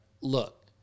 Look